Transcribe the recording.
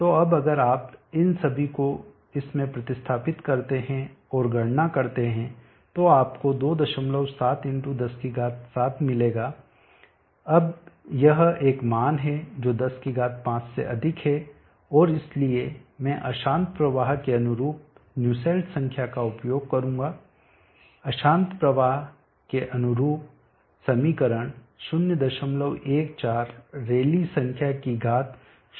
तो अब अगर आप इन सभी को इस में प्रतिस्थापित करते हैं और गणना करते हैं तो आपको 27 107 मिलेगा अब यह एक मान है जो 105 से अधिक है और इसलिए मैं अशांत प्रवाह के अनुरूप न्यूसेल्ट संख्या का उपयोग करूंगा अशांत प्रवाह के अनुरूप समीकरण 014 रैली संख्या की घात 033